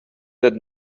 that